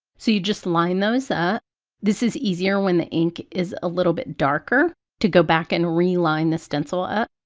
so you just line those up this is easier when the ink is a little bit darker to go back and realign the stencil up,